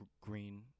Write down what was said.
green